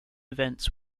events